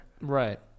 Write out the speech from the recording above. Right